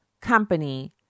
company